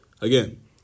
again